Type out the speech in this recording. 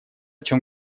чем